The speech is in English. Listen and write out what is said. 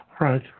Right